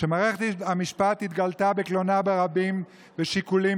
כשמערכת המשפט התגלתה בקלונה ברבים בשיקולים